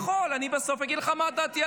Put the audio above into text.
אתה לא יכול לדבר אלא בהתנגדות לחוק.